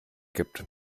gibt